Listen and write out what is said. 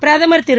பிரதமர் திரு